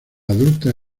adulta